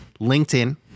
LinkedIn